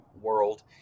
world